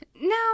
No